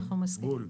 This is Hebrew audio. אנחנו מסכימים.